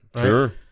Sure